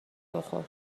بخور